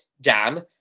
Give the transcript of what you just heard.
Dan